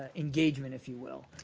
ah engagement, if you will.